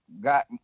got